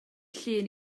llun